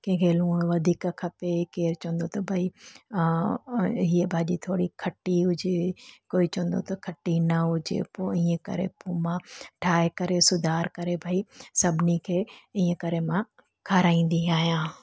कंहिंखे लूणु वधीक खपे केरु चवंदो त भई इहा भाॼी थोरी खटी हुजे कोई चवंदो त खटी न हुजे पोइ ईअं करे पोइ मां ठाहे करे सुधार करे भई सभिनी खे ईअं करे मां खाराईंदी आहियां